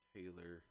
Taylor